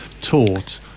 taught